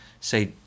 Say